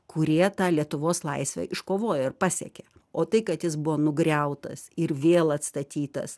kurie tą lietuvos laisvę iškovojo ir pasiekė o tai kad jis buvo nugriautas ir vėl atstatytas